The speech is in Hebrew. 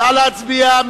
נא להצביע.